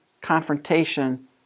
confrontation